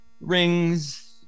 rings